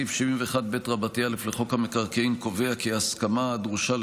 התשפ"ד 2023, לקריאה ראשונה.